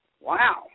Wow